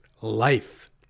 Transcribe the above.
life